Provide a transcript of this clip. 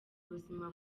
ubuzima